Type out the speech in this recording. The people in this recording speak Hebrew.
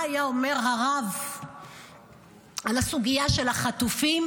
מה היה אומר הרב על הסוגיה של החטופים?